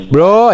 Bro